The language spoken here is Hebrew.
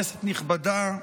כנסת נכבדה,